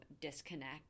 disconnect